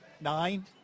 nine